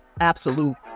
absolute